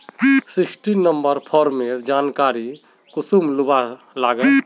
Sixteen number फार्मेर जानकारी कुंसम लुबा लागे?